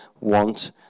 want